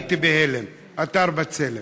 "הייתי בהלם." אתר "בצלם".